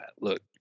look